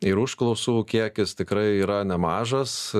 ir užklausų kiekis tikrai yra nemažas